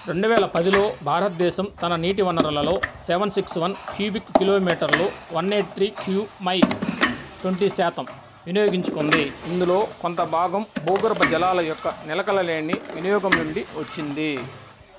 రెండు వేల పదిలో భారతదేశం తన నీటి వనరులలో సెవెన్ సిక్స్ వన్ క్యూబిక్ కిలోమీటర్లు వన్ ఎయిట్ త్రీ క్యూ మై ట్వంటీ శాతం వినియోగించుకుంది ఇందులో కొంత భాగం భూగర్భ జలాల యొక్క నిలకడ లేని వినియోగం నుండి వచ్చింది